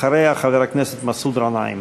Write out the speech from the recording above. אחריה, חבר הכנסת מסעוד גנאים.